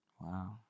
Wow